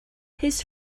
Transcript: his